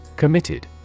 Committed